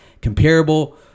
comparable